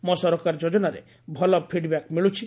ମୋ ସରକାର ଯୋଜନାରେ ଭଲ ଫିଡ୍ବ୍ୟାକ୍ ମିଳୁଛି